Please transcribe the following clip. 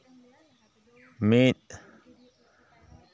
ᱢᱤᱫ